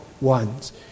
ones